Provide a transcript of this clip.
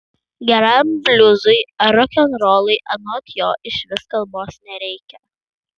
geram bliuzui ar rokenrolui anot jo išvis kalbos nereikia